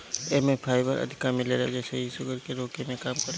एमे फाइबर अधिका मिलेला जेसे इ शुगर के रोके में काम करेला